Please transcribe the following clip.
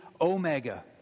Omega